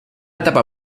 etapa